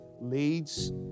leads